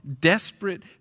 desperate